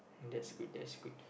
that's good that's good